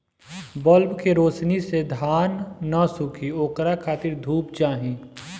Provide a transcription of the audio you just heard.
bulb के रौशनी से धान न सुखी ओकरा खातिर धूप चाही